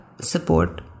support